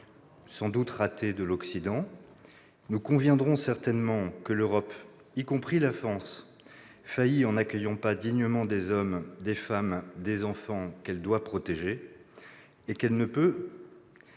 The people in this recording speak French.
sans doute ratées, de l'Occident. Nous conviendrons certainement aussi que l'Europe, y compris la France, faillit en n'accueillant pas dignement des hommes, des femmes et des enfants qu'elle doit protéger, mais qu'elle ne peut